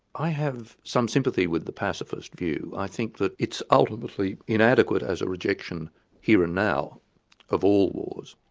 i have some sympathy with the pacifist view, i think that it's ultimately inadequate as a rejection here and now of all wars,